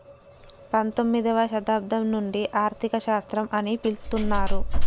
పంతొమ్మిదవ శతాబ్దం నుండి ఆర్థిక శాస్త్రం అని పిలుత్తున్నరు